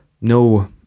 no